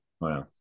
Wow